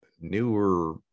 newer